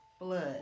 blood